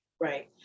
Right